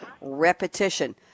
repetition